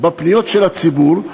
בפניות של הציבור.